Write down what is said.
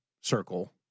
circle